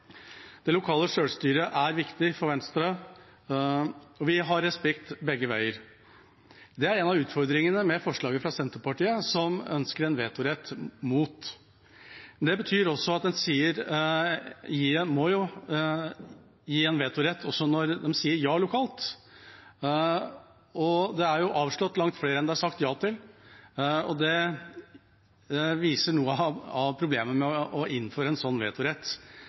Det lokale selvstyret er viktig for Venstre, vi har respekt begge veier. Det er en av utfordringene med forslaget fra Senterpartiet, som ønsker en vetorett. Det betyr at en må gi vetorett også når de sier ja lokalt. Det er avslått langt flere enn det er sagt ja til, og det viser noe av problemet med å innføre en sånn vetorett.